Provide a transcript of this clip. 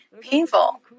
painful